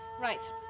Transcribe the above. Right